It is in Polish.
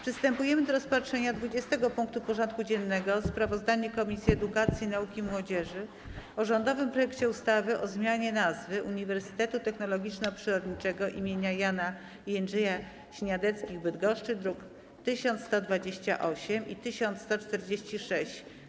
Przystępujemy do rozpatrzenia punktu 20. porządku dziennego: Sprawozdanie Komisji Edukacji, Nauki i Młodzieży o rządowym projekcie ustawy o zmianie nazwy Uniwersytetu Technologiczno-Przyrodniczego im. Jana i Jędrzeja Śniadeckich w Bydgoszczy (druki nr 1128 i 1146)